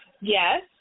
Yes